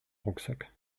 rucksack